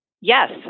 Yes